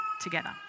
together